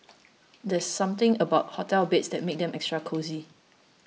there's something about hotel beds that makes them extra cosy